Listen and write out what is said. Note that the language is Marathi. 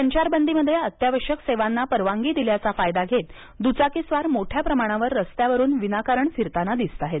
संचारबंदीमध्ये अत्यावश्यक सेवांना परवानगी दिल्याचा फायदा घेत दुचाकीस्वार मोठ्या प्रमाणावर रस्त्यावरून विनाकारण फिरताना दिसताहेत